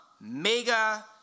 mega